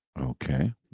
Okay